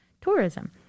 tourism